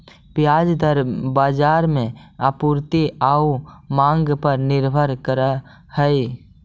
ब्याज दर बाजार में आपूर्ति आउ मांग पर निर्भर करऽ हइ